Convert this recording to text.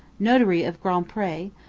notary of grand pre,